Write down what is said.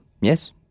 Yes